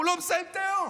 הוא לא מסיים את היום.